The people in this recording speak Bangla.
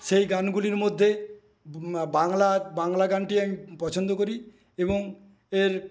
সেই গানগুলির মধ্যে বাংলা বাংলা গানটি আমি পছন্দ করি এবং এর